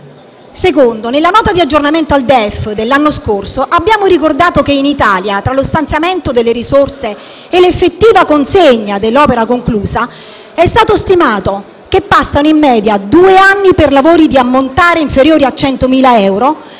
luogo, nella Nota di aggiornamento al DEF dell'anno scorso abbiamo ricordato che in Italia tra lo stanziamento delle risorse e l'effettiva consegna dell'opera conclusa è stato stimato che passano in media due anni per lavori di ammontare inferiore a 100.000 euro,